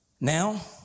Now